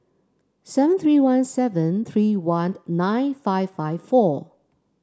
seven three one seven three one nine five five four